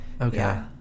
Okay